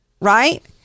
Right